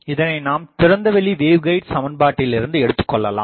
இதனை நாம் திறந்தவெளி வேவ்கைடு சமன்பாட்டிலிருந்து எடுத்துக்கொள்ளலாம்